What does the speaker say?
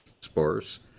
sparse